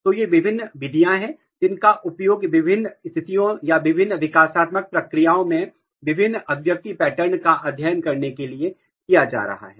तो ये विभिन्न विधियाँ हैं जिनका उपयोग विभिन्न स्थितियों या विभिन्न विकासात्मक प्रक्रियाओं में विभिन्न अभिव्यक्ति पैटर्न का अध्ययन करने के लिए किया जा रहा है